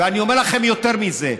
ואני אומר לכם יותר מזה: